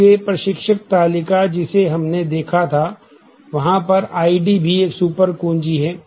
इसलिए प्रशिक्षक तालिका जिसे हमने देखा था वहां पर ID भी एक सुपर कुंजी है